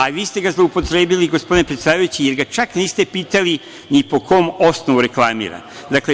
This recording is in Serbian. I vi ste ga zloupotrebili, gospodine predsedavajući, jer ga čak niste pitali ni po kom osnovu reklamira Poslovnik.